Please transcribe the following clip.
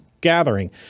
gathering